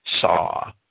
saw